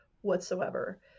whatsoever